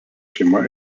šeima